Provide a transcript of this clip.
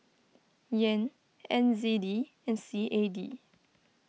Yen N Z D and C A D